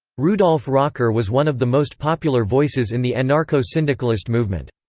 rudolf rocker was one of the most popular voices in the anarcho-syndicalist movement.